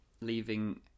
leaving